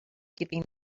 giving